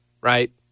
right